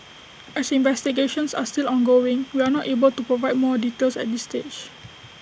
as investigations are still ongoing we are not able to provide more details at this stage